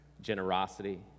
generosity